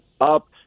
up